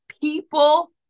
people